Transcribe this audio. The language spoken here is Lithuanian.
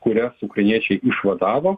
kurias ukrainiečiai išvadavo